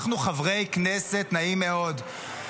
אנחנו חברי כנסת, נעים מאוד.